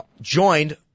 joined